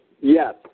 Yes